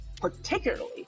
particularly